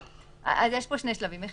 רגע, יש פה שני שלבים.